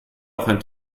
auch